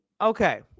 okay